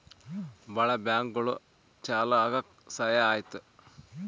ಭಾಳ ಬ್ಯಾಂಕ್ಗಳು ಚಾಲೂ ಆಗಕ್ ಸಹಾಯ ಆಯ್ತು